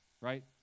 right